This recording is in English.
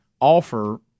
offer